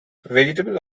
vegetable